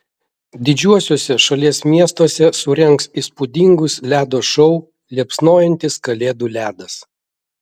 didžiuosiuose šalies miestuose surengs įspūdingus ledo šou liepsnojantis kalėdų ledas